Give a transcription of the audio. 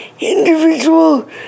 individual